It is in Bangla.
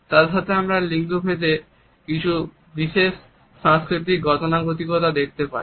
তার সাথে আমরা লিঙ্গ ভেদে বিশেষ কিছু সাংস্কৃতিক গতানুগতিকতা দেখতে পাই